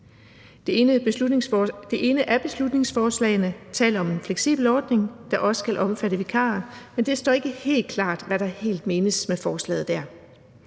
Det ene af beslutningsforslagene taler om en fleksibel ordning, der også skal omfatte vikarer, men det står ikke helt klart, hvad der helt menes med forslaget der.